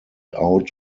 out